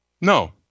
No